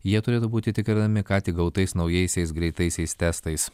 jie turėtų būti tikrinami ką tik gautais naujaisiais greitaisiais testais